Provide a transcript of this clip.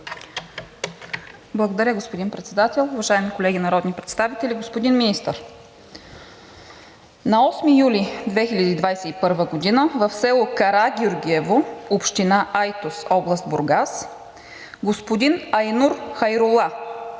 Благодаря, господин Председател. Уважаеми колеги народни представители, господин Министър! На 8 юли 2021 г. в село Карагеоргиево, община Айтос, област Бургас, господин Айнур Хайрула,